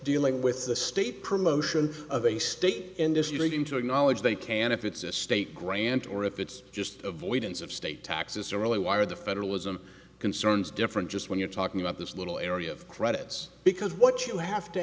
dealing with the state promotion of a state industry leading to acknowledge they can if it's a state grant or if it's just avoidance of state taxes or really why are the federalism concerns different just when you're talking about this little area of credits because what you have to